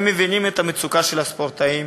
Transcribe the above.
הם מבינים את המצוקה של הספורטאים